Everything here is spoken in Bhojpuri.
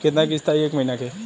कितना किस्त आई एक महीना के?